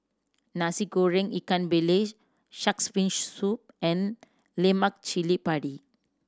Nasi Goreng ikan bilis Shark's Fin Soup and lemak cili padi